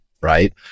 right